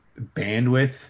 bandwidth